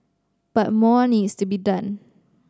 but more needs to be done